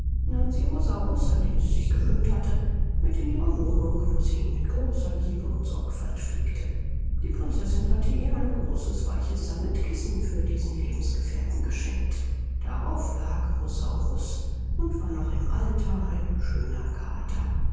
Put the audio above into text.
nahm sie rosaurus an den sie sich gewöhnt hatte mit in ihre wohnung wo sie ihn mit großer liebe und sorgfalt pflegte die prinzessin hatte ihr ein großes weiches sammetkissen für diesen lebensgefährten geschenkt darauf lag rosaurus und war noch im alter ein schöner kater